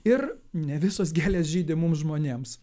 ir ne visos gėlės žydi mums žmonėms